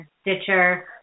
Stitcher